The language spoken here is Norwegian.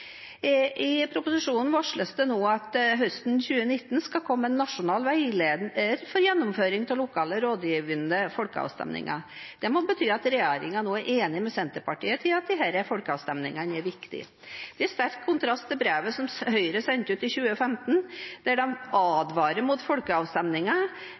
I proposisjonen varsles det at det høsten 2019 skal komme en nasjonal veileder for gjennomføring av lokale rådgivende folkeavstemninger. Det må bety at regjeringen nå er enig med Senterpartiet i at disse folkeavstemningene er viktige – i sterk kontrast til brevet som Høyre sendte ut i 2015, der